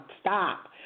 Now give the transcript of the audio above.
stop